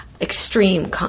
extreme